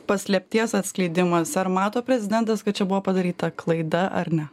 paslapties atskleidimas ar mato prezidentas kad čia buvo padaryta klaida ar ne